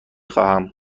خواهم